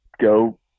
go